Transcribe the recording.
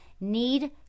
need